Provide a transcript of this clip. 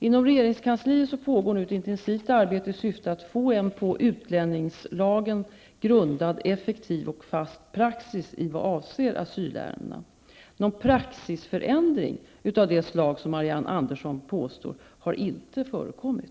Inom regeringskansliet pågår nu ett intensivt arbete i syfte att få en på utlänningslagen grundad effektiv och fast praxis i vad avser asylärenden. Någon praxisförändring av det slag Marianne Andersson påstår har inte förekommit.